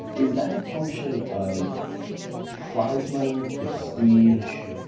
is that a function of prize money, prestige,